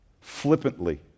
flippantly